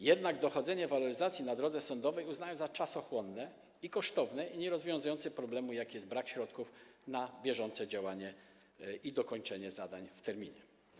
Jednak dochodzenie waloryzacji na drodze sądowej uznają za czasochłonne, kosztowne i nierozwiązujące problemu, jakim jest brak środków na bieżące działanie i dokończenie zadań w terminie.